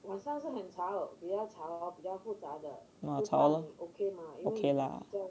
啊吵 lor okay lah